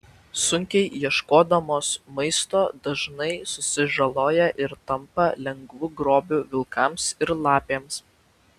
sunkiai ieškodamos maisto dažnai susižaloja ir tampa lengvu grobiu vilkams ir lapėms